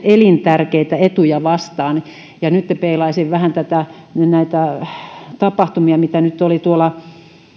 elintärkeitä etuja vastaan nyt peilaisin vähän tapahtumia mitä tuolla